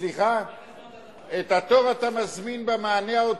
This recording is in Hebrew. איך אתה מזמין תור?